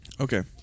Okay